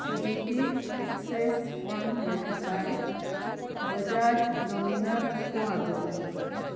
Suzuki Access one twenty five Bajaj Dominar four hundred